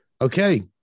Okay